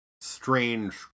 strange